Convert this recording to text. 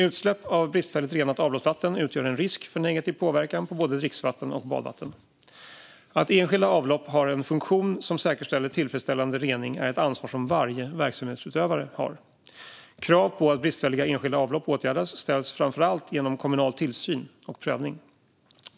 Utsläpp av bristfälligt renat avloppsvatten utgör en risk för negativ påverkan på både dricksvatten och badvatten. Att enskilda avlopp har en funktion som säkerställer tillfredsställande rening är ett ansvar som varje verksamhetsutövare har. Krav på att bristfälliga enskilda avlopp åtgärdas ställs framför allt genom kommunal tillsyn och prövning.